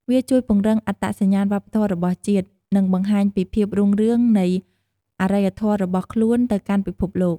វាជួយពង្រឹងអត្តសញ្ញាណវប្បធម៌របស់ជាតិ និងបង្ហាញពីភាពរុងរឿងនៃអរិយធម៌របស់ខ្លួនទៅកាន់ពិភពលោក។